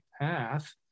path